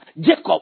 Jacob